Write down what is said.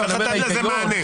צריך לתת לזה מענה.